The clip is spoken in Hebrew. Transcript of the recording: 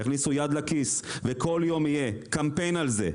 יכניסו יד לכיס וכל יום יהיה קמפיין על זה,